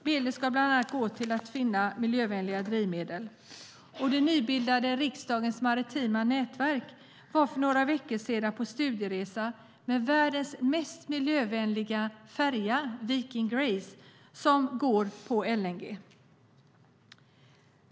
Medlen ska bland annat gå till att finna miljövänliga drivmedel. Riksdagens nybildade maritima nätverk var för några veckor sedan på studieresa med världens mest miljövänliga färja, Viking Grace, som går på LNG.